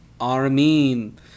Armin